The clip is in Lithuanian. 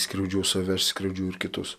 skriaudžiau save ir skriaudžiau ir kitus